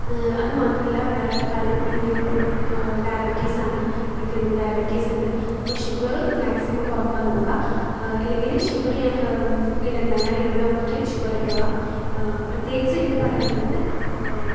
അത് മാത്രല്ല വേറൊര് കാര്യം ഇനി ഞാ ഇപ്പൊഴും ഡയബറ്റീസ്സാണ് എനിക്ക് ഉണ്ട് ഡയബറ്റീസ്സ് ഉണ്ട് അപ്പം ഷുഗറ് മാക്സിമം കുറയ്ക്കാൻ നോക്കുക അല്ലെങ്കില് സുഗറ് ഞാ ഇടണ്ട ഞാ ഇവിടെ വന്നിട്ട് ഷുഗറിട്ടോളാം പ്രത്യേകിച്ച് എനക്ക് പറയാനുള്ളത്